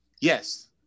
yes